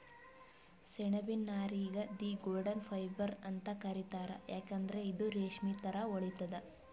ಸೆಣಬಿನ್ ನಾರಿಗ್ the golden fibre ಅಂತ್ ಕರಿತಾರ್ ಯಾಕಂದ್ರ್ ಇದು ರೇಶ್ಮಿ ಥರಾ ಹೊಳಿತದ್